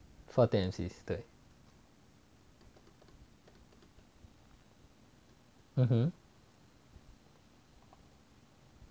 fourteen M_C 对 (uh huh)